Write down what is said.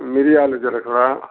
మిరియాలు జిలకర